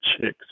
chicks